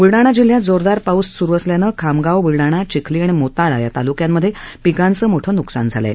बुलडाणा जिल्ह्यात जोरदार पाऊस सुरू असल्यानं खामगाव बुलडाणा चिखली आणि मोताळा या तालुक्यांमध्ये पिकांचं मोठं न्कसान झालंआहे